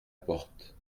porte